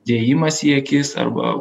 dėjimas į akis arba